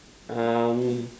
um